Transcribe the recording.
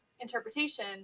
interpretation